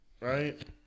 Right